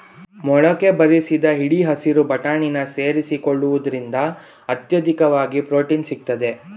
ಮೊಳಕೆ ಬರಿಸಿದ ಹಿಡಿ ಹಸಿರು ಬಟಾಣಿನ ಸೇರಿಸಿಕೊಳ್ಳುವುದ್ರಿಂದ ಅತ್ಯಧಿಕವಾಗಿ ಪ್ರೊಟೀನ್ ಸಿಗ್ತದೆ